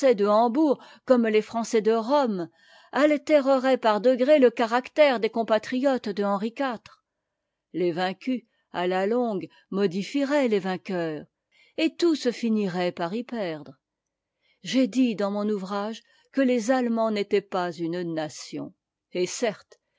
comme les français de rome altéreraient par degrés le caractère des compatriotes de henri iv lesvaincus la longue modifieraient les vainqueurs et tous finiraient par y perdre j'ai dit dans mon ouvrage que les allemands n'étatent pas une katmn et certes